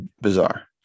Bizarre